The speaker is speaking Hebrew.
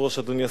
אדוני השר,